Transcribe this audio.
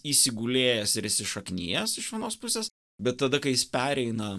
įsigulėjęs ir įsišaknijęs iš vienos pusės bet tada kai jis pereina